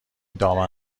دامن